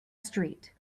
street